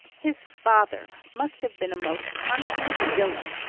his father must have been a most consummate villain,